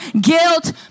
guilt